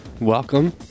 Welcome